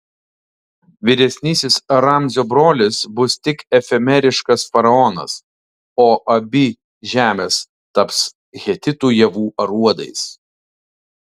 vyresnysis ramzio brolis bus tik efemeriškas faraonas o abi žemės taps hetitų javų aruodais